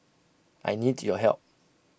I need your help